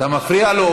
אתה מפריע לו.